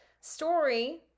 story